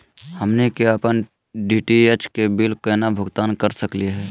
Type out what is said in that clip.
हमनी के अपन डी.टी.एच के बिल केना भुगतान कर सकली हे?